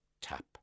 tap